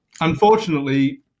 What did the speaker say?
unfortunately